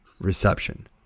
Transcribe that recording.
reception